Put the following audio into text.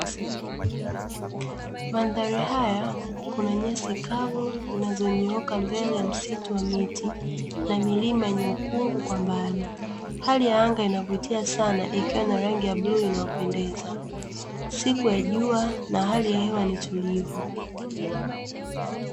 Mandhari haya kuna nyasi kavu zinazonyooka mbele ya msitu ya miti na milima yenye ukungu kwa mbali, hali ya ana inavutia sana ikiwa na rangi ya bluu inapendeza siku ya jua na hali ya hewa ni tulivu.